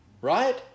Right